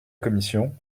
commission